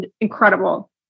incredible